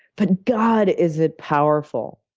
but, god, is it powerful.